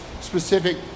specific